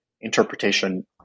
interpretation